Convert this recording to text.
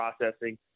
processing